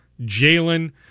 Jalen